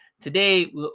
Today